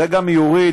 זה גם יוריד,